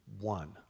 one